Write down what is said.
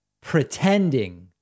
pretending